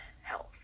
health